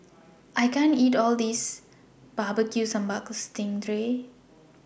I can't eat All of This Barbecue Sambal Sting Ray